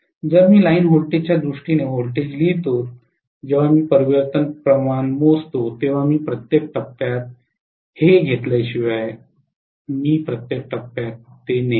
जरी मी लाइन व्होल्टेजच्या दृष्टीने व्होल्टेजेस लिहितो जेव्हा मी परिवर्तन प्रमाण मोजतो तेव्हा मी प्रत्येक टप्प्यात घेतल्याशिवाय मी प्रत्येक टप्प्यात नेईन